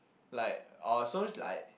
like oh so like